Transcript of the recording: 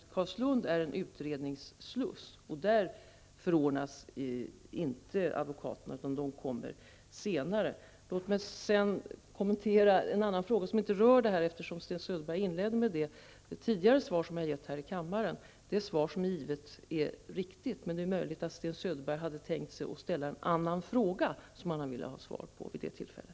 Carlslund är en utredningssluss. Där förordnas inte några advokater. De kommer senare in i bilden. Låt mig kommentera en annan fråga som Sten Söderberg inledde sitt anförande med. Det gäller ett svar jag har tidigare givit i kammaren. Det svar som jag har givit är riktigt. Men det är möjligt att Sten Söderberg hade tänkt sig att ställa en annan fråga som han ville ha svar på vid det tillfället.